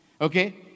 okay